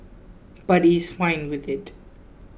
but he's fine with it